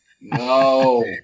No